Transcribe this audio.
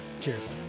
Cheers